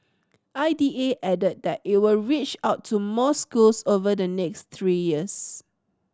I D A added that it will reach out to more schools over the next three years